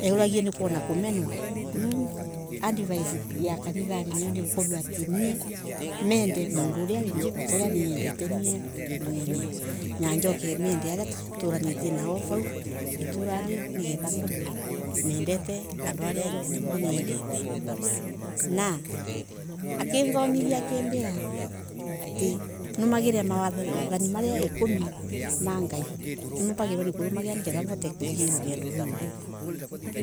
Erugia nikwora kumenwa. Riu advice ya kanithari nihukorwo nie niende mundu unawingi atauria niendetew nie mwone. Na njoke mende ana tuturaniritie nao vau iturari nigetha ngorwe mendete andu aria engiotauna niendete. Na. akirithomithia akimbira niumagirire mathani maria ikumi ma Ngai. Nimbagirirwe kurumagiriria ningetha mvote kuthie rugendo rur